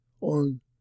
on